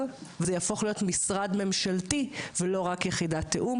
וזה יהפוך להיות משרד ממשלתי ולא רק יחידת תיאום,